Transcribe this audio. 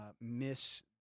miss